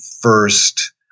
first